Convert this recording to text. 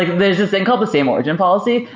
there's this thing called the same origin policy.